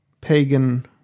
pagan